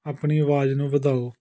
ਆਪਣੀ ਆਵਾਜ਼ ਨੂੰ ਵਧਾਓ